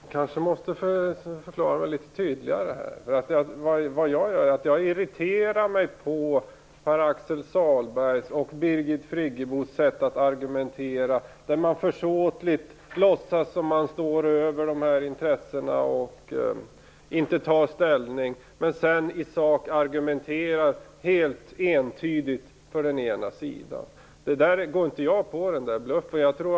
Fru talman! Jag kanske måste förklara mig litet tydligare. Jag irriterar mig på Pär-Axel Sahlbergs och Birgit Friggebos sätt att argumentera, där man försåtligt låtsas att man står över intressena och inte tar ställning, men sedan i sak helt entydigt argumenterar för den ena sidan. Den bluffen går jag inte på.